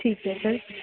ਠੀਕ ਹੈ ਸਰ